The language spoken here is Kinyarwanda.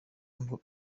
ngo